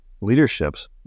leadership's